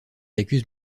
accuse